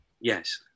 Yes